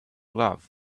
love